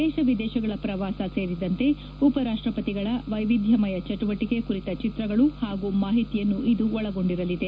ದೇಶ ವಿದೇಶಗಳ ಪ್ರವಾಸ ಸೇರಿದಂತೆ ಉಪ ರಾಷ್ಟಪತಿಗಳ ವೈವಿಧ್ಯಮಯ ಚಟುವಟಿಕೆ ಕುರಿತ ಚಿತ್ರಗಳು ಹಾಗೂ ಮಾಹಿತಿಯನ್ನು ಇದು ಒಳಗೊಂಡಿರಲಿದೆ